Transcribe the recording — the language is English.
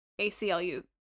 ACLU